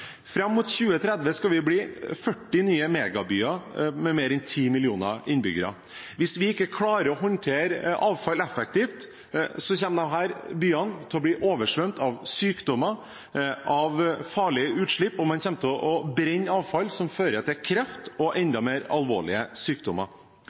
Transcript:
Fram mot 2030 skal vi bli 40 nye megabyer, med mer enn 10 millioner innbyggere. Hvis vi ikke klarer å håndtere avfallet effektivt, kommer disse byene til å bli oversvømt av sykdommer og av farlige utslipp. Man kommer til å brenne avfall som fører til kreft og enda mer alvorlige sykdommer.